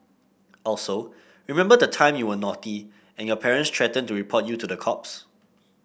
also remember the time you were naughty and your parents threatened to report you to the cops